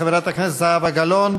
חברת הכנסת זהבה גלאון,